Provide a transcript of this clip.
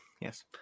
Yes